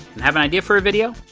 and have an idea for a video?